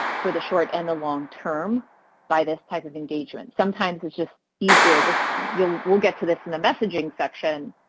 for the short and the long-term by this type of engagement. sometimes it's just easier. you know we'll get to this in the messaging section.